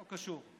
לא קשור.